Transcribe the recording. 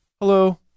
hello